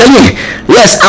Yes